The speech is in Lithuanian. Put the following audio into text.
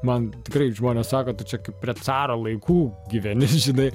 man tikrai žmonės sako tai čia kaip prie caro laikų gyveni žinai